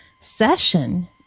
session